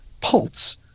pulse